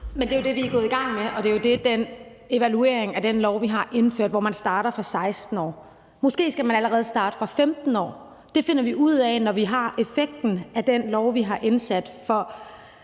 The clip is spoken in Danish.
(M): Det er jo det, vi er gået i gang med, og det er jo det, den evaluering af den lov, vi har indført, hvor man starter, når de er 16 år, skal vise. Måske skal man allerede starte, når de er 15 år. Det finder vi ud af, når vi ved, hvad effekten er af den lov, vi har indført.